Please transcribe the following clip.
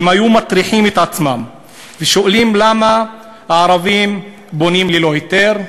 אם היו מטריחים את עצמם ושואלים למה הערבים בונים ללא היתר,